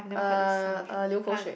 uh uh 流口水